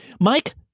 Mike